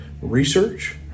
research